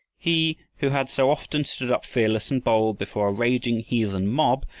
he who had so often stood up fearless and bold before a raging heathen mob,